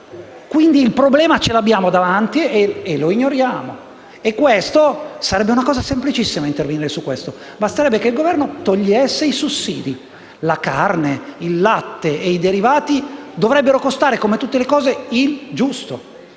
abbiamo il problema davanti agli occhi e lo ignoriamo. Sarebbe semplicissimo intervenire su questo: basterebbe che il Governo togliesse i sussidi. La carne, il latte e i derivati dovrebbero costare, come tutte le cose, il giusto;